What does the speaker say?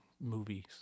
movies